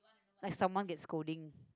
like someone get scolding